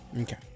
Okay